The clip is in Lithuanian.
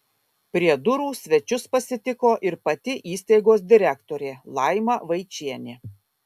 prie durų svečius pasitiko ir pati įstaigos direktorė laima vaičienė